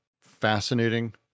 fascinating